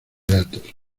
datos